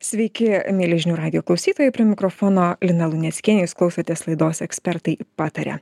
sveiki mieli žinių radijo klausytojai prie mikrofono lina luneckienė jūs klausotės laidos ekspertai pataria